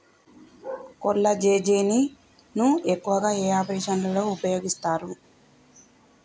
కొల్లాజెజేని ను ఎక్కువగా ఏ ఆపరేషన్లలో ఉపయోగిస్తారు?